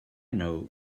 know